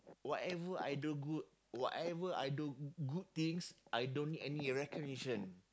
whatever I do good whatever I do good things I don't need any recognition